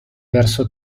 verso